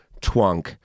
twunk